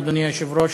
אדוני היושב-ראש,